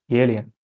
alien